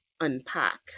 unpack